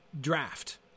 draft